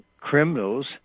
criminals